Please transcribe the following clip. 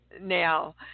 now